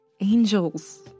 Angels